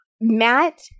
Matt